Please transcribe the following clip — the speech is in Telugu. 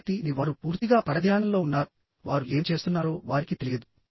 ఆసక్తి ని వారు పూర్తిగా పరధ్యానంలో ఉన్నారువారు ఏమి చేస్తున్నారో వారికి తెలియదు